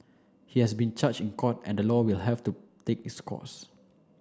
he has been charged in court and the law will have to take its course